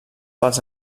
pels